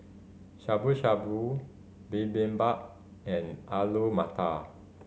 Shabu Shabu Bibimbap and Alu Matar